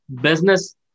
business